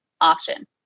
option